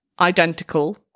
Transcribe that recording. identical